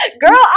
girl